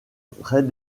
très